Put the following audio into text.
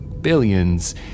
billions